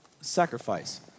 sacrifice